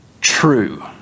true